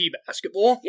basketball